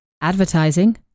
advertising